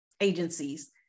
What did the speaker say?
agencies